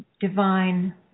divine